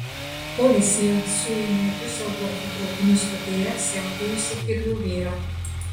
policija suėmė diuseldorfo traukinių stotyje siautėjusį kirviu vyrą